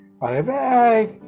Bye-bye